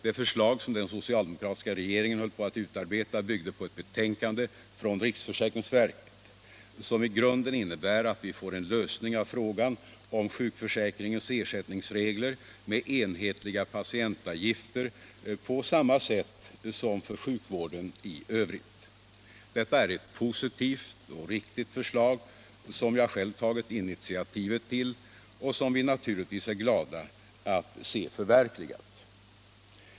Det förslag som den socialdemokratiska regeringen höll på att utarbeta byggde på ett betänkande från riksförsäkringsverket, som i grunden innebär att vi får en lösning av frågan om sjukförsäkringens ersättningsregler med enhetliga patientavgifter på samma sätt som för sjukvården i övrigt. Detta är ett positivt och riktigt förslag, som jag själv tagit initiativet till och som vi naturligtvis är glada att se förverkligat.